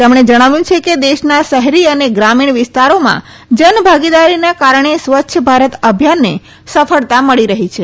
તેમણે જણાવ્યું છે કે દેશના શહેરી અને ગ્રામીણ વિસ્તારોમાં જનભાગીદારીના કારણે સ્વચ્છ ભારત અભિયાનને સફળતા મળી રહી છે